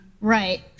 Right